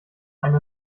eine